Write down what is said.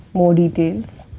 more details.